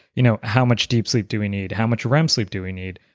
you know how much deep sleep do we need? how much rem sleep do we need?